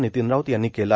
नितीन राऊत यांनी केले